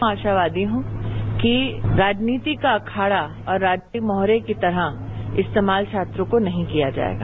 मैं आशावादी हूं कि राजनीति का अखाड़ा और राजनीतिक मोहरे की तरह इस्तेमाल छात्रों को नहीं किया जायेगा